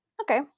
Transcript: Okay